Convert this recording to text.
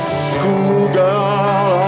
schoolgirl